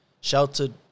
Sheltered